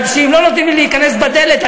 כי אם לא נותנים לי להיכנס בדלת,